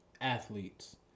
athletes